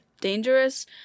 dangerous